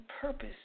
purpose